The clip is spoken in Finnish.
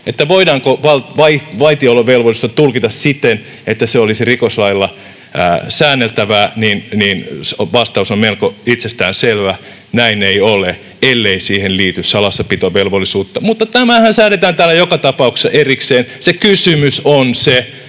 voidaanko vaitiolovelvollisuutta tulkita siten, että se olisi rikoslailla säänneltävää, niin vastaus on melko itsestään selvä: näin ei ole, ellei siihen liity salassapitovelvollisuutta. Mutta tämähän säädetään täällä joka tapauksessa erikseen. Se kysymys on se,